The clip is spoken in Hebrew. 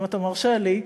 אם אתה מרשה לי,